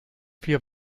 vier